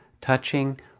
touching